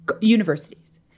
universities